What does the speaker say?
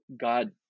God